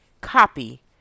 copy